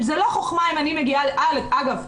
אגב,